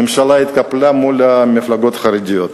הממשלה התקפלה מול המפלגות החרדיות,